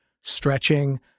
stretching